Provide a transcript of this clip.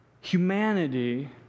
humanity